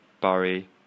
barry